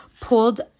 pulled